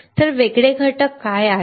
तर वेगळे घटक काय आहेत